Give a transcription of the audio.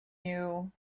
you